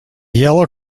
yellow